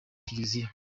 kiliziya